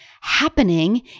Happening